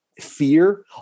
fear